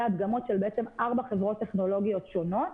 הדגמות של ארבע חברות טכנולוגיות שונות